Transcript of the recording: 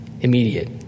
immediate